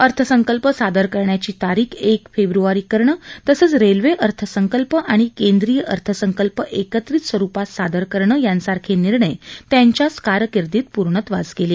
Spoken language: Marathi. अर्थसंकल्प सादर करण्याची तारीख एक फेब्रवारी करणं तसंच रेल्वे अर्थसंकल्प आणि केंद्रीय अर्थसंकल्प एकत्रित स्वरुपात सादर करणं यांसारखे निर्णय त्यांच्याच कारर्कीदीत पूर्णत्वास गेले